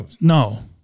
No